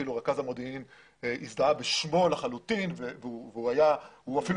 רכז המודיעין הזדהה בשמו האמיתי והוא אפילו